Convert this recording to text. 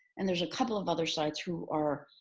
and there's a couple of other sites who are